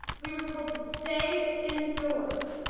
we were told to stay indoors.